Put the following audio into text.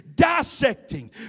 dissecting